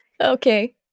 Okay